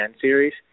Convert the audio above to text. Series